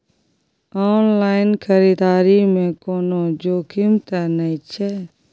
Online खरीददारी में कोनो जोखिम त नय छै?